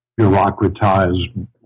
bureaucratized